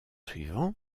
suivant